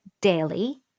daily